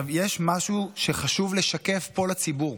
יש משהו שחשוב לשקף פה לציבור,